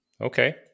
Okay